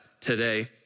today